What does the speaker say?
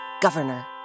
governor